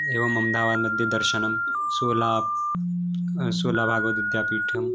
एवम् अम्दाबाद् मध्ये दर्शनं सोला सोलाभागवद् विद्यापीठम्